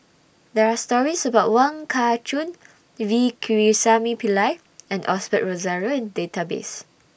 There Are stories about Wong Kah Chun V Pakirisamy Pillai and Osbert Rozario in The Database